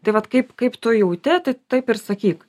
tai vat kaip kaip tu jauti tai taip ir sakyk